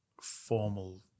formal